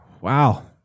wow